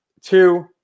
two